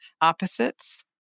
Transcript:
opposites